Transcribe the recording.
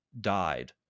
died